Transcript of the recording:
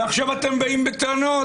ועכשיו אתם באים בטענות.